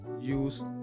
use